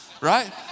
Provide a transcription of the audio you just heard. right